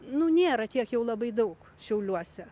nu nėra tiek jau labai daug šiauliuose